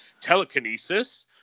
telekinesis